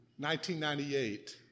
1998